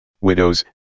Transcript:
widows